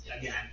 again